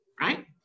Right